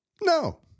No